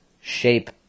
shape